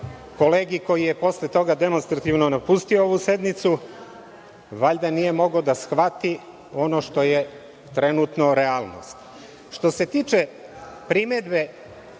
kolegi koji je posle demonstrativno napustio ovu sednicu, valjda nije mogao da shvati ono što je trenutno realnost. Što se tiče primedbe